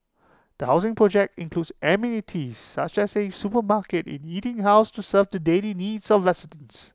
the housing project includes amenities such as A supermarket and eating house to serve the daily needs of residents